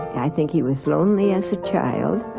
i think he was lonely as a child,